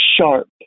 sharp